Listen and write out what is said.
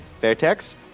Vertex